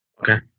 Okay